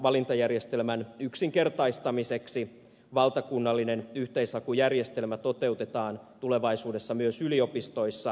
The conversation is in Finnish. valintajärjestelmän yksinkertaistamiseksi valtakunnallinen yhteishakujärjestelmä toteutetaan tulevaisuudessa myös yliopistoissa